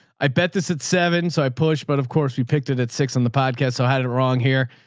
i bet this at seven. so i pushed, but of course we picked it at six on the podcast. so i had it it wrong here.